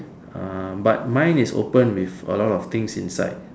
ah but mine is opened with a lot of things inside